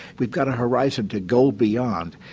we've got a horizon to go beyond.